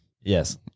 Yes